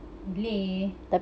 boleh